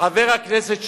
חבר הכנסת שטרית,